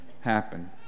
happen